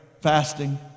fasting